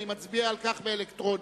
אני מצביע על כך בהצבעה אלקטרונית.